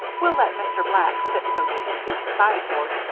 we'll let mr. black sit so he can see the sideboard,